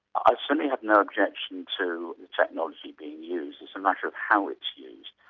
i certainly have no objection to technology being used, it's a matter of how it's used.